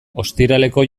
ostiraleko